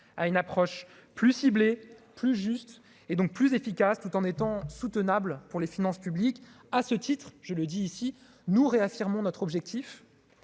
à une approche plus ciblée, plus juste et donc plus efficace tout en étant soutenable pour les finances publiques à ce titre, je le dis ici, nous réaffirmons notre objectif